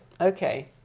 Okay